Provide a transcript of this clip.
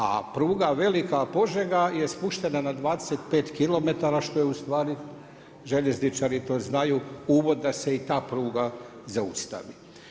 A pruga Velika Požega je spuštena na 25km što je ustvari željezničari to znaju uvod da se i ta pruga zaustavi.